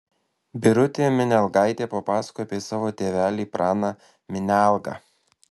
birutė minialgaitė papasakojo apie savo tėvelį praną minialgą